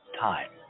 time